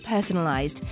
personalized